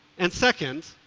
and second,